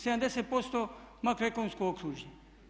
70% makroekonomsko okružje.